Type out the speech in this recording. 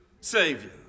Savior